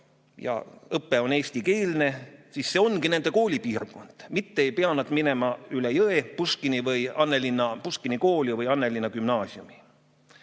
ja õpe on eestikeelne, siis see ongi nende koolipiirkond. Nad ei pea minema üle jõe Puškini kooli või Annelinna gümnaasiumi.